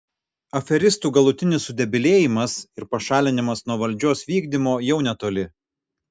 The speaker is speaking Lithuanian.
aferistų galutinis sudebilėjimas ir pašalinimas nuo valdžios vykdymo jau netoli